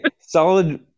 Solid